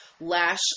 lash